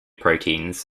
proteins